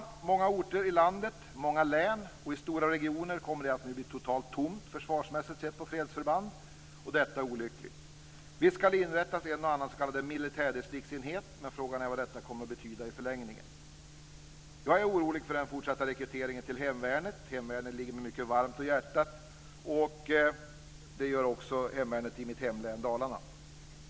På många orter i landet, i många län och i stora regioner kommer det nu att bli totalt tomt - försvarsmässigt sett - på fredsförband. Detta är olyckligt. Visst ska det inrättas en och annan s.k. militärdistriktsenhet, men frågan är vad detta kommer att betyda i förlängningen. Jag är orolig för den fortsatta rekryteringen till hemvärnet. Hemvärnet ligger mig mycket varmt om hjärtat, det gör också hemvärnet i mitt hemlän Dalarna.